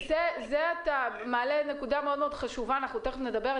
אתה מעלה נקודה מאוד חשובה ואנחנו תכף נדבר עליה.